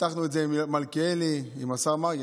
פתחנו את זה, השר מלכיאלי, כמובן,